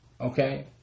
Okay